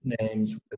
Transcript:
names